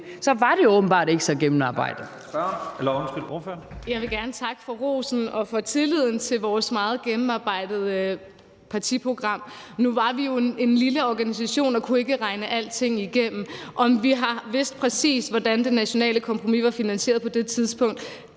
Så var det åbenbart ikke så gennemarbejdet.